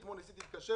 אתמול ניסיתי להתקשר